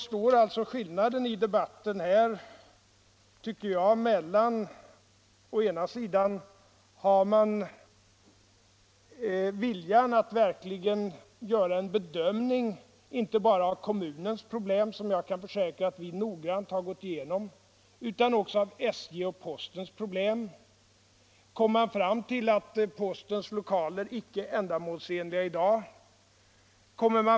Slutligen vill jag säga att har man viljan att verkligen göra en bedömning inte bara av kommunens problem — som jag kan försäkra att vi noggrant har gått igenom — utan också av SJ:s och postens problem, kommer man fram till att postens lokaler inte är ändamålsenliga i dag.